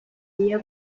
día